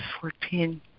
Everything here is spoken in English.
Fourteen